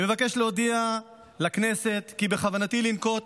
אני מבקש להודיע לכנסת כי בכוונתי לנקוט